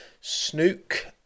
Snook